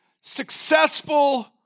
successful